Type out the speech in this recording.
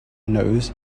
nose